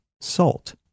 salt